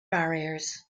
barriers